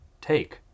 take